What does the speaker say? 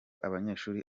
abanyeshuri